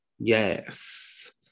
Yes